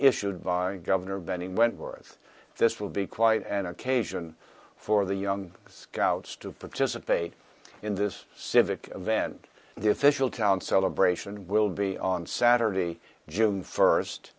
issued by governor benny wentworth this will be quite an occasion for the young scouts to participate in this civic event the official town celebration will be on saturday june first